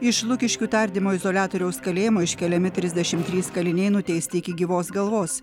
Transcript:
iš lukiškių tardymo izoliatoriaus kalėjimo iškeliami trisdešim trys kaliniai nuteisti iki gyvos galvos